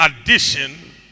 addition